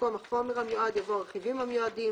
במקום "החומר המיועד" יבוא "הרכיבים המיועדים"